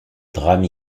drame